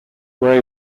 were